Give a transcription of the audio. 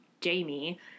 Jamie